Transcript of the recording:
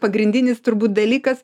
pagrindinis turbūt dalykas